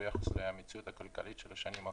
ביחס למציאות הכלכלית של השנים האחרונות?